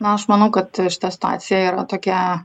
aš manau kad šita situacija yra tokia